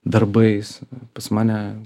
darbais pas mane